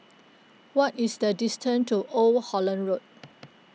what is the distance to Old Holland Road